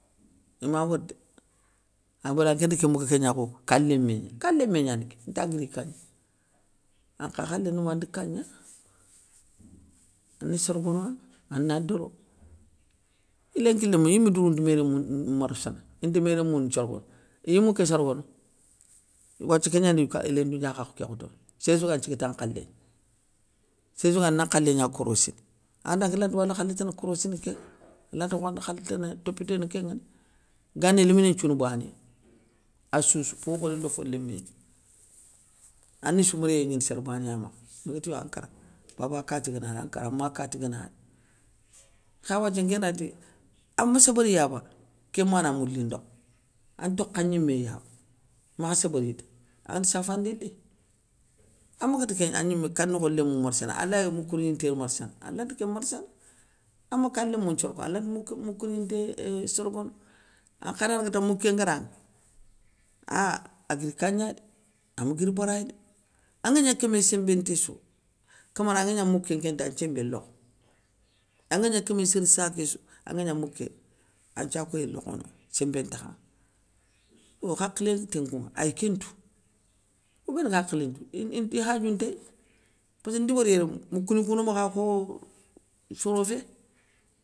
Ima wori dé, abada anké ni ké mbégue kégna kho ka lémé gna, ka lémé gnani ké nta guiri i ka gna, ankha khalé ni wandi ka gna, ane sorogona ana doro, lénki lémou iyimé dourounti mé rémou marassana, inte mé rémou nthiorgono, iya mouké sorogono, wathie kégnandi ika i léndou ndiakhakhou ké khotondi, sérssou gayéy an nthiki ta nkhalé gna, sérssou ga yéy ana nkhalé gna korossini, andanké lanti wandi khalé tane korossini kénŋa, lanti wandi khalé tane topiténa kénŋani. Gani léminé nthiouna banéya assoussou, fo khoré ndo fo lémé nthiou ani sou méré gnini sér banéya makha, mi gati yo ankara baba kati gana ri an kara anma kati gana ri, kha wathia nké nati ama sébéri yaba kén ma na mouli ndokho, an tokha gniméya wo, makha sébéri ta anŋa tou safandé li, amakati kén an gnimé ka nokho lémou marassana, alay moukouni ntirmarssana, alanti kén marssana, ama ka lémou nthiorogo alanta moukouni nté euhh sorogono, ankha na raga ta mouké ngana ri, ahh aguir ka gna dé, ama guiri bara dé, angagna kémé sémbéntéssou, camara anga gna mouké nkénta an nthiémbé lokho, anga gna kémé sér sakéssou, anga gna mouké, an nthiakoyé lokhona, sémbé nta kha ŋa. Yo hakhilanté nké kounŋa ay kén ntou, kou guéni hakhilanto ine ine nti khadiou ntéyi, passke ndi wori yéré moukouni kou no makha kho soro fé.